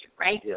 right